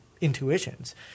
intuitions